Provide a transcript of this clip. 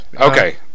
Okay